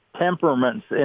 temperaments